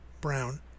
brown